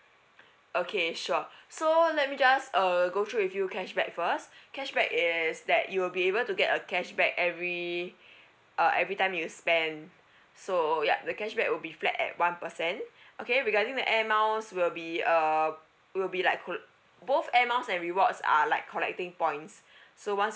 okay sure so let me just uh go through with you cashback first cashback is that you'll be able to get a cashback every uh everytime you spend so yup the cashback will be flat at one percent okay regarding the air miles will be uh will be like could both air miles and rewards are like collecting points so once